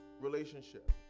relationship